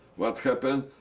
what happened?